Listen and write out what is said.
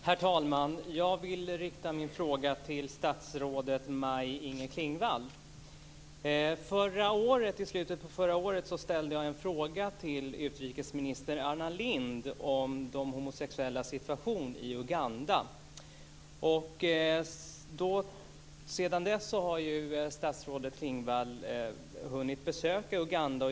Herr talman! Jag vill rikta min fråga till statsrådet I slutet av förra året ställde jag en fråga till utrikesminister Anna Lindh om de homosexuellas situation i Uganda. Sedan dess har statsrådet Klingvall hunnit att besöka Uganda.